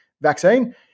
vaccine